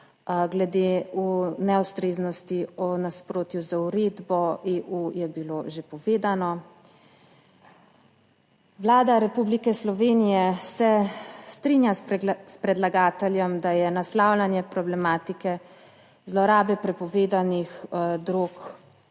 Glede neustreznosti v nasprotju z uredbo EU je bilo že povedano. Vlada Republike Slovenije se strinja s predlagateljem, da je naslavljanje problematike zlorabe prepovedanih drog